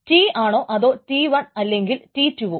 T ആണോ അതോ T1 അല്ലെങ്കിൽ T2 വോ